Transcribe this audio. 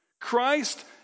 Christ